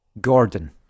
Gordon